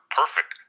perfect